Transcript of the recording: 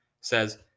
says